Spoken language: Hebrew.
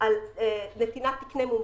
על נתינת תקני מומחים.